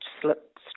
slips